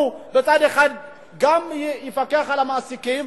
הוא מצד אחד גם יפקח על המעסיקים,